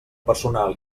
personal